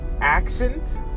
accent